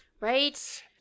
Right